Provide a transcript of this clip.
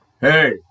Hey